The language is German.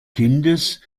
kindes